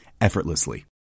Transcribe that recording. effortlessly